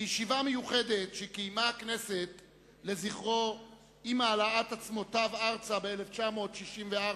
בישיבה מיוחדת שקיימה הכנסת לזכרו עם העלאת עצמותיו ארצה ב-1964,